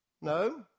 No